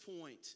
point